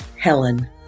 Helen